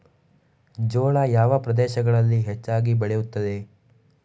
ಜೋಳ ಯಾವ ಪ್ರದೇಶಗಳಲ್ಲಿ ಹೆಚ್ಚಾಗಿ ಬೆಳೆಯುತ್ತದೆ?